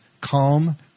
calm